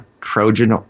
Trojan